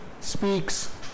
speaks